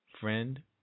friend